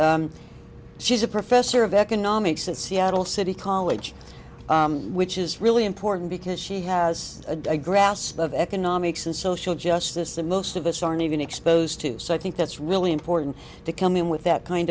sharma she's a professor of economics in seattle city college which is really important because she has a grasp of economics and social justice and most of us aren't even exposed to so i think that's really important to come in with that kind